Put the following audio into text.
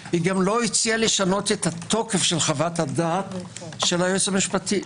היא גם לא הציעה לשנות את התוקף של החוות הדעת של היועץ המשפטי.